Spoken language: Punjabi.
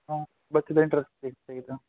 ਹਾਂ ਬੱਚੇ ਦਾ ਇੰਟ੍ਰਸਟ ਦੇਖ ਦੇਖਦਾਂ